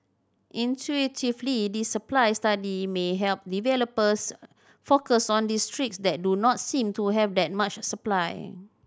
intuitively this supply study may help developers focus on districts that do not seem to have that much supply